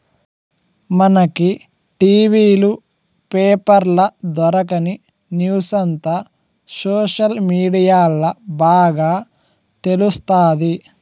మనకి టి.వీ లు, పేపర్ల దొరకని న్యూసంతా సోషల్ మీడియాల్ల బాగా తెలుస్తాది